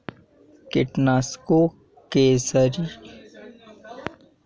कीटनाशकों के प्रयोग का सही तरीका क्या है?